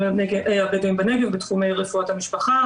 הבדואים בנגב בתחומי רפואת המשפחה,